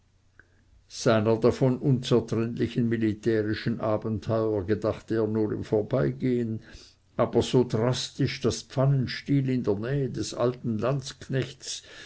seiner davon unzertrennlichen militärischen abenteuer gedachte er nur im vorbeigehen aber so drastisch daß pfannenstiel in der nähe des alten landsknechtes